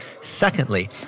Secondly